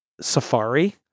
safari